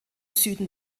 süden